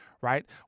right